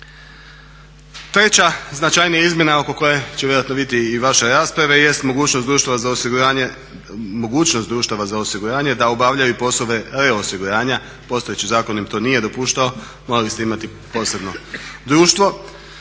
Treća značajnija izmjena oko koje će vjerojatno biti i vaše rasprave jeste mogućnost društava za osiguranje da obavljaju poslove reosiguranja. Postojećim zakonom im to nije dopuštao, morali ste imati posebno društvo.